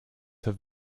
have